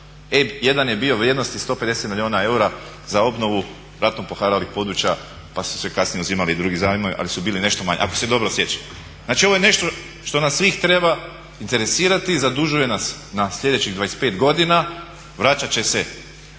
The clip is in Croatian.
1 je bio vrijednosti 150 milijuna eura za obnovu ratom poharalih područja, pa su se kasnije uzimali i drugi zajmovi ali su bili nešto manji, ako se dobro sjećam. Znači ovo je nešto što nas svih treba interesirati i zadužuje nas na sljedećih 25 godina. Vraćati će se